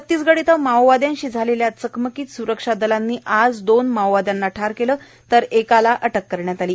छतीसगढ इथं माओवाद्यांशी झालेल्या चकमकीत स्रक्षा दलांनी आज दोन माओवाद्यांना ठार केलं तर एकाला अटक करण्यात आली आहे